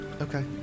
Okay